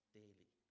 daily